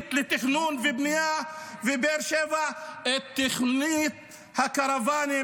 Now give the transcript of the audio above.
לתכנון ובנייה בבאר שבע את תוכנית הקרוואנים.